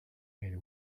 and